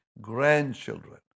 grandchildren